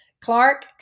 Clark